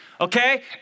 Okay